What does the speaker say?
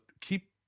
keep